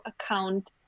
account